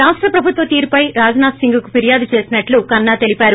రాష్ట ప్రభుత్వ తీరుపై రాజ్ నాధ్ సింగ్కు ఫిర్యాదు చేసినట్టు కన్నా తెలిపారు